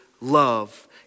love